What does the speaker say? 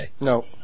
No